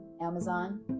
Amazon